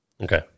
Okay